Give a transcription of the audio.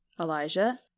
Elijah